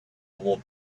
will